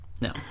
No